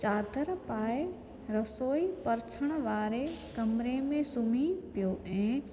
चांदरु पाए रसोई परछण वारे कमिरे में सुम्ही पियो ऐं